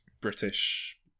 British